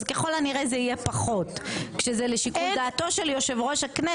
ככל הנראה זה יהיה פחות כשזה לשיקול דעתו של יושב-ראש הכנסת.